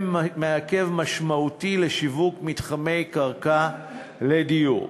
מעכב משמעותי לשיווק מתחמי קרקע לדיור.